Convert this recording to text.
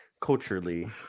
culturally